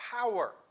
power